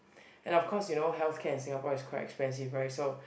and of course you know healthcare in Singapore is quite expensive right so